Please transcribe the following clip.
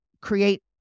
create